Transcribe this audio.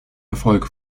erfolg